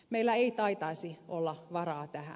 meillä ei taitaisi olla varaa tähän